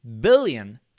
billion